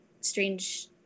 Strange